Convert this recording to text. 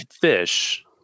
fish